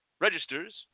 registers